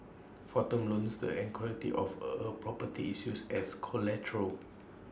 for term loans the equity of A property is used as collateral